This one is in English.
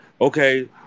Okay